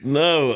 no